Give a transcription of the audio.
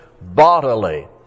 bodily